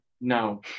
No